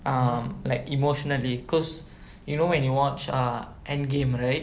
um like emotionally cause you know when you watched err end game right